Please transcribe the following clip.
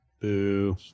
Boo